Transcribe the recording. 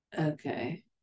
Okay